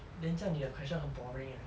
then 这样你的 question 很 boring eh